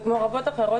כמו רבות אחרות,